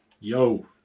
Yo